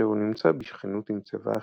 כאשר הוא נמצא בשכנות עם צבע אחר"